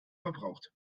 verbraucht